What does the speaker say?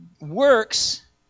works